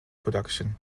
production